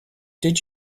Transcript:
did